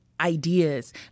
ideas